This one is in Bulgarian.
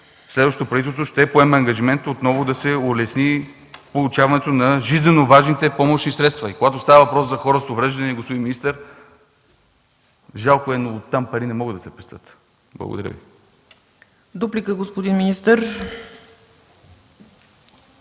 следващото правителство ще поеме ангажимента отново да се улесни получаването на жизненоважните помощни средства. Когато става въпрос за хора с увреждания, господин министър, жалко е, но там пари не могат да се пестят. Благодаря Ви. ПРЕДСЕДАТЕЛ ЦЕЦКА